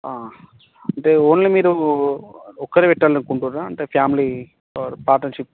అంటే ఓన్లీ మీరు ఒక్కరే పెట్టాలనుకుంటుర్రా అంటే ఫ్యామిలీ ఆర్ పార్ట్నర్షిప్